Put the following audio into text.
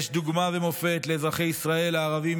יש דוגמה ומופת לאזרחי ישראל הערבים